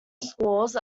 scores